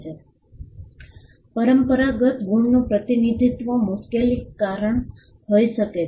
બિનપરંપરાગત ગુણનું પ્રતિનિધિત્વ મુશ્કેલીકારક હોઈ શકે છે